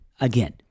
again